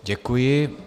Děkuji.